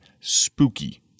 spooky